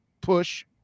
push